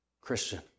Christian